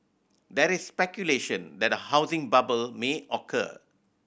there is speculation that a housing bubble may occur